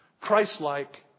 Christ-like